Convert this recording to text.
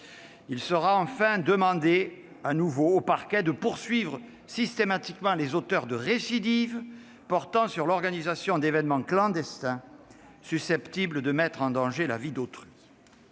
Il sera enfin demandé aux parquets de continuer à poursuivre systématiquement les auteurs de récidives portant sur l'organisation d'événements clandestins susceptibles de mettre en danger la vie d'autrui.